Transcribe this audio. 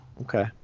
Okay